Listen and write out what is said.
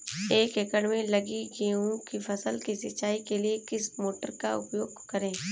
एक एकड़ में लगी गेहूँ की फसल की सिंचाई के लिए किस मोटर का उपयोग करें?